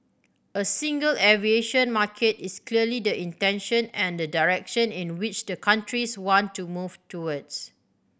a single aviation market is clearly the intention and the direction in which the countries want to move towards